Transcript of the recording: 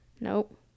Nope